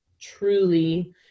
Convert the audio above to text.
truly